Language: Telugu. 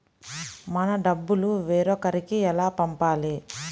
మన డబ్బులు వేరొకరికి ఎలా పంపాలి?